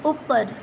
ઉપર